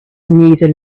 neither